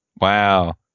Wow